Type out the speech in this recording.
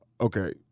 Okay